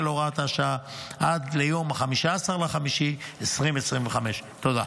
הוראת השעה עד ליום 15 במאי 2025. תודה.